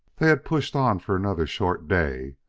they had pushed on for another short day,